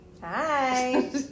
Hi